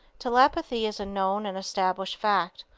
telepathy is a known and established fact.